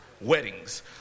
weddings